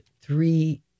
three